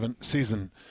season